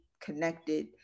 connected